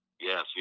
Yes